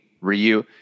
Ryu